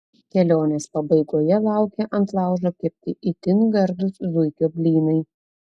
kelionės pabaigoje laukia ant laužo kepti itin gardūs zuikio blynai